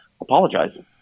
apologize